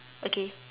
okay